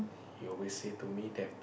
he always say to me that